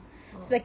oh